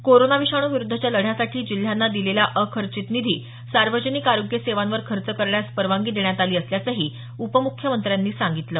corona विषाणू विरुद्धच्या लढ्यासाठी जिल्ह्यांना दिलेला अखर्चित निधी सार्वजनिक आरोग्य सेवांवर खर्च करण्यास परवानगी देण्यात आली असल्याचं उपमुख्यमंत्र्यांनी सांगितलं